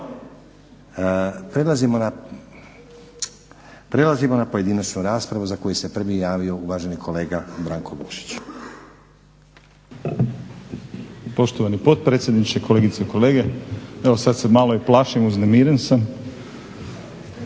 Prelazimo na pojedinačnu raspravu za koju se prvi javio uvaženi kolega Branko Vukšić.